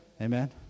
Amen